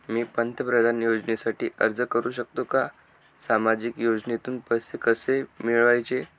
मी पंतप्रधान योजनेसाठी अर्ज करु शकतो का? सामाजिक योजनेतून पैसे कसे मिळवायचे